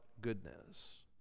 goodness